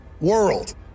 world